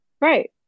right